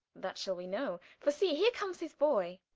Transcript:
that shall we know, for see, here comes his boy.